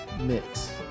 mix